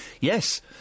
Yes